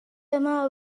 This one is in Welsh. yma